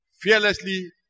Fearlessly